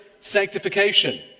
sanctification